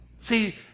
See